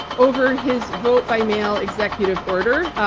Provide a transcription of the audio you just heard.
over his vote-by-mail executive order,